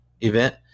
event